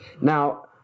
Now